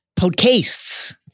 podcasts